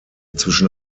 zwischen